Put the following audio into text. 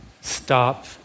stop